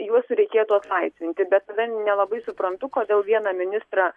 juos reikėtų atlaisvinti bet tada nelabai suprantu kodėl vieną ministrą